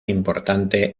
importante